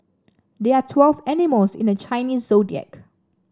there are twelve animals in the Chinese Zodiac